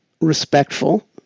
respectful